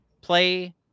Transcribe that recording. play